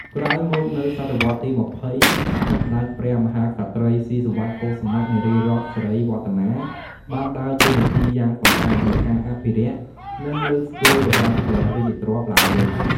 ក្រោយមក នៅសតវត្សទី២០ សម្តេចព្រះមហាក្សត្រី ស៊ីសុវត្ថិ កុសុមៈ នារីរ័ត្នសេរីវឌ្ឍនា បានដើរតួនាទីយ៉ាងសំខាន់ក្នុងការអភិរក្ស និងលើកស្ទួយរបាំព្រះរាជទ្រព្យឡើងវិញ។